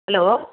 hello